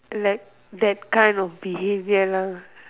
that that kind of behaviour lah